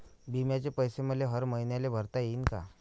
बिम्याचे पैसे मले हर मईन्याले भरता येईन का?